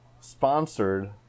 sponsored